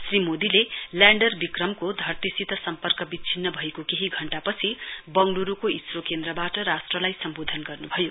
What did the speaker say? श्री मोदीले ल्याण्डर विक्रमको धरतीसित सम्पर्क विच्छिन्न भएको केही घण्टापछि बंगलुरूको इसरो केन्द्रबाट राष्ट्रलाई सम्बोधन गर्नुभयो